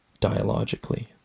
dialogically